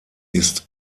ist